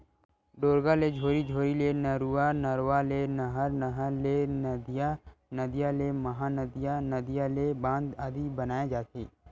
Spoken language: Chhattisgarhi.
ढोरगा ले झोरी, झोरी ले नरूवा, नरवा ले नहर, नहर ले नदिया, नदिया ले महा नदिया, नदिया ले बांध आदि बनाय जाथे